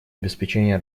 обеспечения